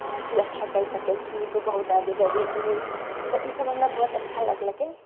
तू अच्छा कर सकैत छीही तू बहुत आगे जेबीही ई ओ तऽ ईसभ हमरा बहुत अच्छा लगलकय